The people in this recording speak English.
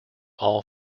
all